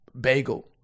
Bagel